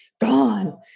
Gone